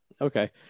Okay